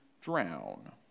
drown